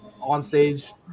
on-stage